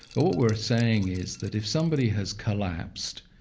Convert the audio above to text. but what we're saying is that if somebody has collapsed,